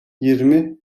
yirmi